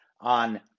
on